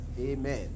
Amen